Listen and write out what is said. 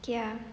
okay ah